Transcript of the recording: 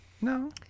no